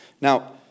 Now